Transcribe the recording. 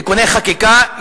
(תיקוני חקיקה).